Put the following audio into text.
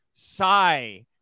sigh